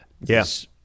Yes